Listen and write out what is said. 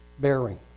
bearing